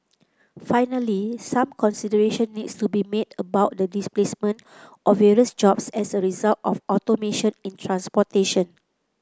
finally some consideration needs to be made about the displacement of various jobs as a result of automation in transportation